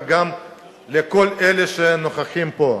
וגם לכל אלה שנוכחים פה,